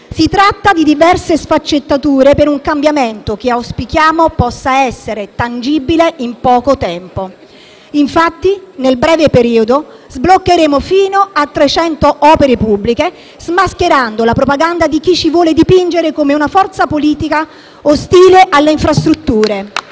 Si tratta di diverse sfaccettature per un cambiamento che auspichiamo possa essere tangibile in poco tempo. Infatti, nel breve periodo sbloccheremo fino a 300 opere pubbliche, smascherando la propaganda di chi vuole dipingerci come una forza politica ostile alle infrastrutture.